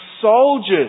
soldiers